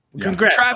Congrats